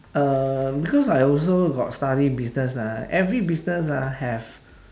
uh because I also got study business ah every business ah have